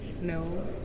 no